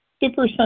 Super